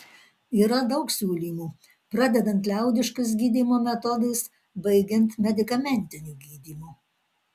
yra daug siūlymų pradedant liaudiškais gydymo metodais baigiant medikamentiniu gydymu